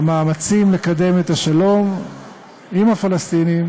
למאמצים לקדם את השלום עם הפלסטינים